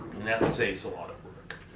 and that and saves a lot of work.